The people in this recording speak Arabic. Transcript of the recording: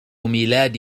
ميلاد